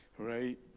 Right